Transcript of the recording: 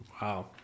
Wow